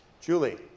Julie